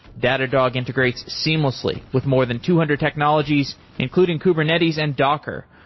datadog integrates seamlessly with more than two hundred technologies, including kubernetes and docker,